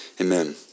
Amen